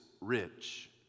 rich